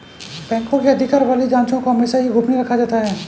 बैंकों के अधिकार वाली जांचों को हमेशा ही गोपनीय रखा जाता है